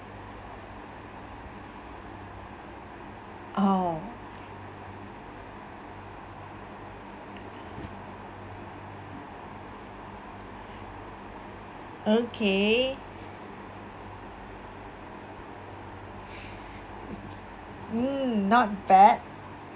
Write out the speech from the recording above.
!aww! okay mm not bad